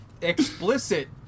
Explicit